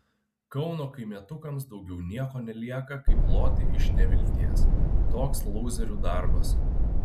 kauno kaimietukams daugiau nieko nelieka kaip loti iš nevilties toks lūzerių darbas